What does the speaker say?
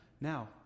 Now